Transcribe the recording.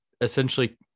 essentially